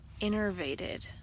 innervated